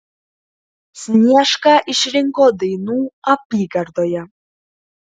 sniešką išrinko dainų apygardoje